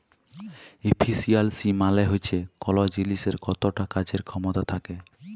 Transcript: ইফিসিয়ালসি মালে হচ্যে কল জিলিসের কতট কাজের খ্যামতা থ্যাকে